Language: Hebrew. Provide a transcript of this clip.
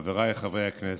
חבריי חברי הכנסת,